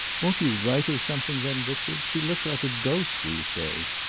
won't you write her something then, richard? she looks like a ghost these days.